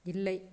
இல்லை